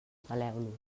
peleu